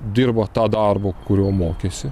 dirbo tą darbą kurio mokėsi